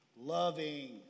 Loving